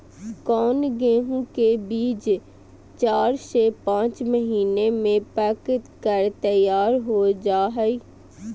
कौन गेंहू के बीज चार से पाँच पानी में पक कर तैयार हो जा हाय?